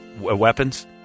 Weapons